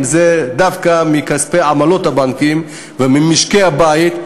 הם דווקא מעמלות הבנקים למשקי-הבית.